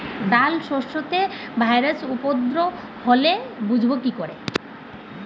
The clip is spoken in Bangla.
ডাল শস্যতে ভাইরাসের উপদ্রব হলে বুঝবো কি করে?